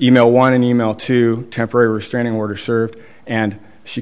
e mail one e mail to temporary restraining order served and she